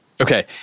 Okay